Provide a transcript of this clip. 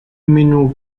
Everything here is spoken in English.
mineral